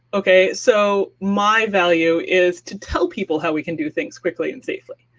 okay? so my value is to tell people how we can do things quickly and safely,